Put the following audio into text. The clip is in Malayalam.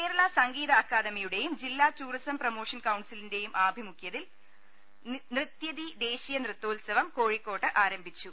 കേരള സംഗീത അക്കാദമിയുടെയും ജില്ലാ ടൂറിസം പ്രമോ ഷൻ കൌൺസിലിന്റെയും ആഭിമുഖ്യത്തിൽ നൃത്യതി ദേശീയ നൃത്തോത്സവം കോഴിക്കോട്ട് ആരംഭിച്ചു